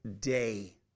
day